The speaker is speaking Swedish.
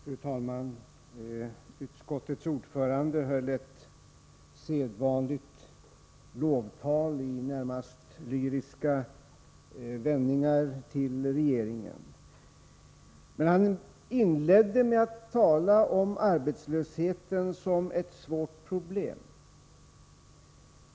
Fru talman! Utskottets ordförande höll ett sedvanligt lovtal till regeringen i närmast lyriska vändningar. Men han inledde med att tala om arbetslösheten såsom ett svårt problem.